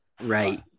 right